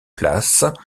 places